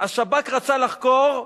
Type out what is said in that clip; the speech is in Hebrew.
השב"כ רצה לחקור,